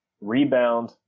rebound